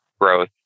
growth